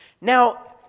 Now